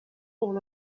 all